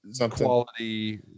quality –